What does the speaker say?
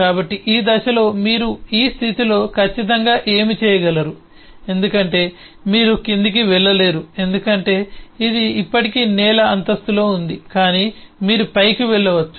కాబట్టి ఈ దశలో మీరు ఈ స్థితిలో ఖచ్చితంగా ఏమి చేయగలరు ఎందుకంటే మీరు క్రిందికి వెళ్ళలేరు ఎందుకంటే ఇది ఇప్పటికే నేల అంతస్తులో ఉంది కానీ మీరు పైకి వెళ్ళవచ్చు